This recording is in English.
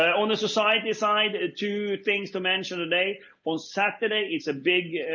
on the society side ah two things to mention today. on saturday, is a big